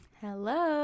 Hello